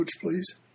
please